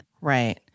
Right